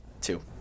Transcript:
Two